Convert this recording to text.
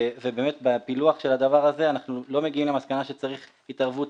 ובאמת בפילוח של הדבר הזה אנחנו לא מגיעים למסקנה שצריך התערבות